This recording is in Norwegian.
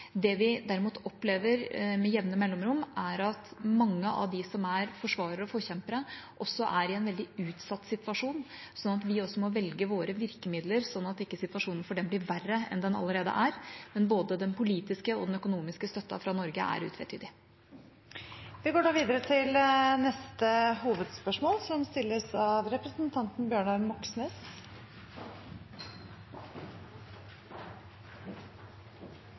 Det vi derimot opplever med jevne mellomrom, er at mange av dem som er forsvarere og forkjempere, også er i en veldig utsatt situasjon. Vi må da velge våre virkemidler, slik at situasjonen for dem ikke blir verre enn den allerede er. Men både den politiske og den økonomiske støtten fra Norge er utvetydig. Vi går videre til neste hovedspørsmål. I går la regjeringen fram en proposisjon om innleie av